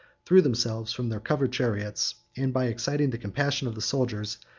threw themselves from their covered chariots, and, by exciting the compassion of the soldiers,